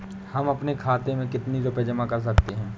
हम अपने खाते में कितनी रूपए जमा कर सकते हैं?